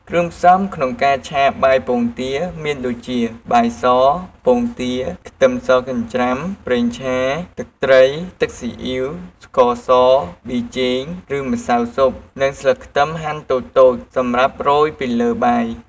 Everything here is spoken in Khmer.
គ្រឿងផ្សំក្នុងការឆាបាយពងទាមានដូចជា បាយស ពងទា ខ្ទឹមសចិញ្ច្រាំ ប្រេងឆា ទឹកត្រី ទឹកស៊ីអ៊ីវ ស្ករស ប៊ីចេង ឬ ម្សៅស៊ុប និង ស្លឹកខ្ទឹមហាន់តូចៗសម្រាប់រោយពីលើបាយ។